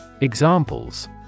Examples